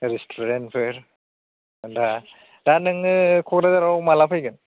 रेस्टोरेंटफोर दा नोंङो क'क्राझाराव माला फैगोन